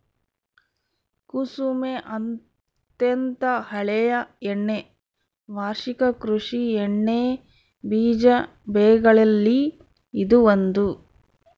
ಕುಸುಮೆ ಅತ್ಯಂತ ಹಳೆಯ ಎಣ್ಣೆ ವಾರ್ಷಿಕ ಕೃಷಿ ಎಣ್ಣೆಬೀಜ ಬೆಗಳಲ್ಲಿ ಇದು ಒಂದು